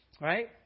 right